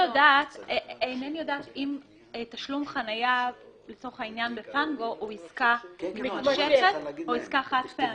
אינני יודעת אם תשלום חנייה ב"פנגו" הוא עסקה מתמשכת או עסקה חד-פעמית.